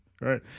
Right